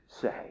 say